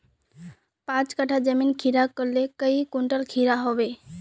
पाँच कट्ठा जमीन खीरा करले काई कुंटल खीरा हाँ बई?